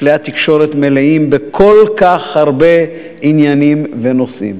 כלי התקשורת מלאים בכל כך הרבה עניינים ונושאים.